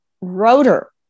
rotor